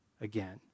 again